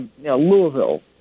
Louisville